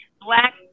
Black